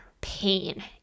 pain